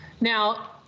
Now